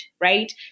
right